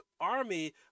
army